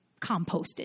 composted